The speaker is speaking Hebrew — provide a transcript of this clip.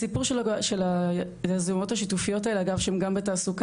הסיפור של היזמות השיתופיות האלה שאגב הם גם בתעסוקה,